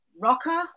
rocker